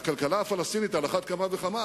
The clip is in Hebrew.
והכלכלה הפלסטינית על אחת כמה וכמה.